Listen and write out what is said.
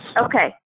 Okay